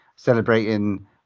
celebrating